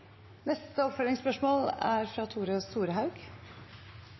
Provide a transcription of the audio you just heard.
er dessverre ute. Tore Storehaug